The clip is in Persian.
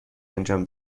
انجام